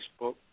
Facebook